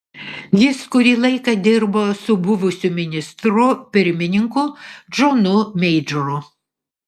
jis kurį laiką dirbo su buvusiu ministru pirmininku džonu meidžoru